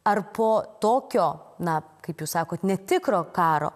ar po tokio na kaip jūs sakot netikro karo